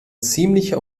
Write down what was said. ziemliche